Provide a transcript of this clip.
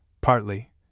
partly